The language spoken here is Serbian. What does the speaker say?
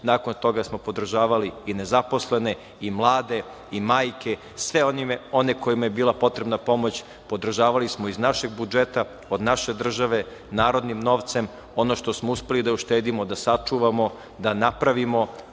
JJ/MJNakon toga smo podržavali i nezaposlene i mlade i majke, sve one kojima je bila potrebna pomoć, podržavali smo iz našeg budžeta, od naše države, narodnim novcem. Ono što smo uspeli da uštedimo, da sačuvamo, da napravimo